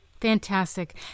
Fantastic